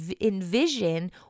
envision